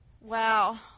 Wow